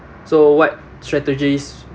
so what strategies